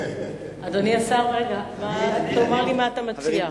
אדוני השר, מה אתה מציע?